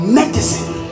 medicine